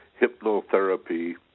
hypnotherapy